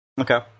Okay